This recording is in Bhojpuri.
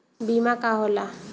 बीमा का होला?